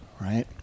right